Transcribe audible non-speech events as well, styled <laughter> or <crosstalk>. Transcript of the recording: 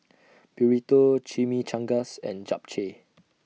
<noise> Burrito Chimichangas and Japchae